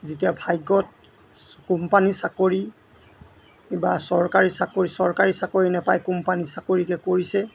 যেতিয়া ভাগ্যত কোম্পানী চাকৰি বা চৰকাৰী চাকৰি চৰকাৰী চাকৰি নাপাই কোম্পানী চাকৰিকে কৰিছে